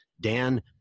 Dan